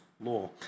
law